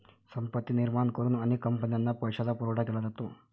संपत्ती निर्माण करून अनेक कंपन्यांना पैशाचा पुरवठा केला जातो